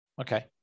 Okay